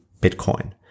Bitcoin